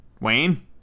Wayne